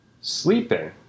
sleeping